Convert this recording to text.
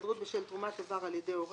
(היעדרות בשל תרומת איבר על ידי בן זוג או